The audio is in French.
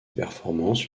performances